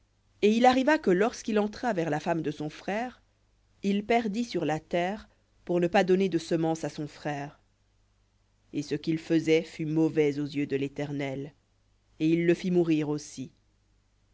et il arriva que lorsqu'il entra vers la femme de son frère il perdit sur la terre pour ne pas donner de semence à son frère et ce qu'il faisait fut mauvais aux yeux de l'éternel et il le fit mourir aussi